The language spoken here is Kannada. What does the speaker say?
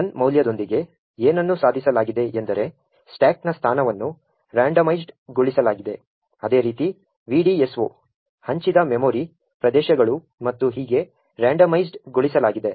1 ಮೌಲ್ಯದೊಂದಿಗೆ ಏನನ್ನು ಸಾಧಿಸಲಾಗಿದೆ ಎಂದರೆ ಸ್ಟಾಕ್ನ ಸ್ಥಾನವನ್ನು ರಂಡೋಮೈಸ್ಡ್ ಗೊಳಿಸಲಾಗಿದೆ ಅದೇ ರೀತಿ VDSO ಹಂಚಿದ ಮೆಮೊರಿ ಪ್ರದೇಶಗಳು ಮತ್ತು ಹೀಗೆ ರಂಡೋಮೈಸ್ಡ್ ಗೊಳಿಸಲಾಗಿದೆ